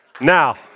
Now